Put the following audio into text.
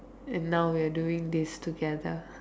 and now we are doing this together